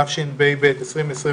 התשפ"ב-2021,